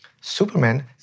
Superman